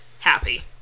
happy